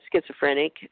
schizophrenic